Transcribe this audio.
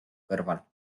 kõrval